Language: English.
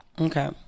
Okay